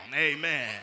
Amen